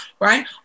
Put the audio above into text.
Right